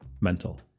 Mental